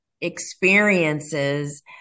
experiences